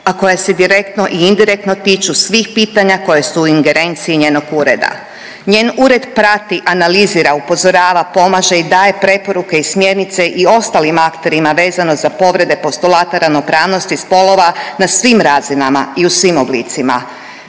a koja se direktno i indirektno tiču svih pitanja koja su u ingerenciji njenog ureda. Njen ured prati analizira, upozorava i pomaže i daje preporuke i smjernice i ostalim akterima vezano za povrede postulata ravnopravnosti spolova na svim razinama i u svim oblicima,